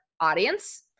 audience